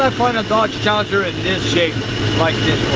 i find a dodge charger in this shape like